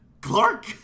Clark